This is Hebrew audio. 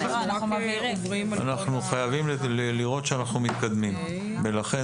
אנחנו חייבים לראות שאנחנו מתקדמים ולכן